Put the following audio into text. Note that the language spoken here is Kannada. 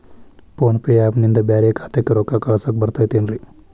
ಫೋನ್ ಪೇ ಆ್ಯಪ್ ನಿಂದ ಬ್ಯಾರೆ ಖಾತೆಕ್ ರೊಕ್ಕಾ ಕಳಸಾಕ್ ಬರತೈತೇನ್ರೇ?